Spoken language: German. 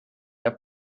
der